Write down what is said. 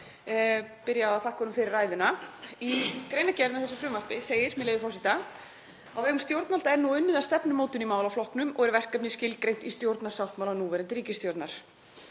byrja á að þakka honum fyrir ræðuna. Í greinargerð með þessu frumvarpi segir, með leyfi forseta: „Á vegum stjórnvalda er nú unnið að stefnumótun í málaflokknum og er verkefnið skilgreint í stjórnarsáttmála núverandi ríkisstjórnar.“